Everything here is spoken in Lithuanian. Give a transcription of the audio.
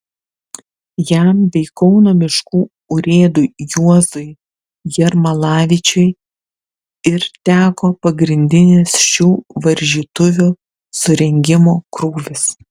jam bei kauno miškų urėdui juozui jermalavičiui ir teko pagrindinis šių varžytuvių surengimo krūvis